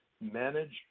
manage